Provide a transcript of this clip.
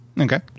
okay